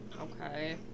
Okay